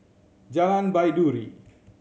Jalan Baiduri